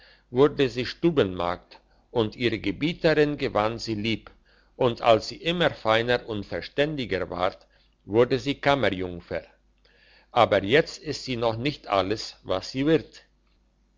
wurde sie stubenmagd und ihre gebieterin gewann sie lieb und als sie immer feiner und verständiger ward wurde sie kammerjungfer aber jetzt ist sie noch nicht alles was sie wird